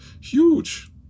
Huge